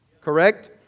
correct